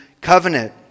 covenant